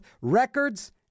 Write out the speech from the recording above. records